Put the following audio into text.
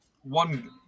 one